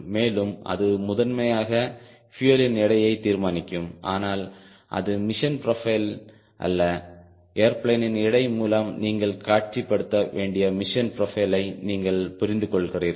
மேலும் அது முதன்மையாக பியூயலின் எடையை தீர்மானிக்கும் ஆனால் அது மிஷன் ப்ரொஃபைல் அல்ல ஏர்பிளேனின் எடை மூலம் நீங்கள் காட்சிப்படுத்த வேண்டிய மிஷன் ப்ரோபைலை நீங்கள் புரிந்துகொள்கிறீர்கள்